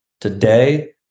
today